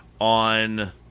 on